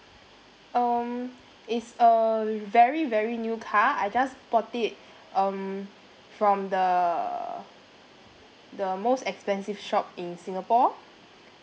um it's a very very new car I just bought it um from the uh the most expensive shop in singapore